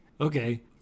Okay